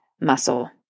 muscle